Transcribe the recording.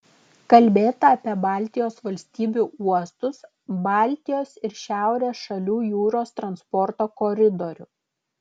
kalbėta apie baltijos valstybių uostus baltijos ir šiaurės šalių jūros transporto koridorių